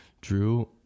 Drew